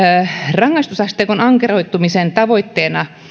rangaistusasteikon ankaroittamisen tavoitteena